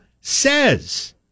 says